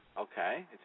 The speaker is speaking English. Okay